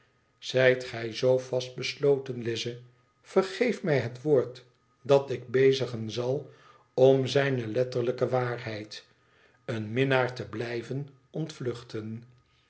zijt gij zoo vastbesloten lize vergeef mij het woord dat ik bezigen zal om zijne letterlijke waarheid een minnaar te blijven ontvluchten